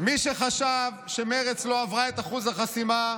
מי שחשב שמרצ לא עברה את אחוז החסימה,